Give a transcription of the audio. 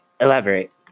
Elaborate